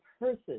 person